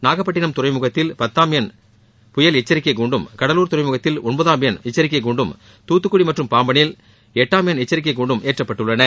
நாகப்பட்டினம் துறைமுகத்தில் பத்தாம் எண் புயல் எச்சிக்கை கூண்டும் கடலூர் துறைமுகத்தில் ஒன்பதாம் எண் எச்சிக்கை கூண்டும் தூத்துக்குடி மற்றும் பாம்பளில் எட்டாம் எண் எச்சிக்கை கூண்டும் ஏற்றப்பட்டுள்ளன